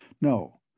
No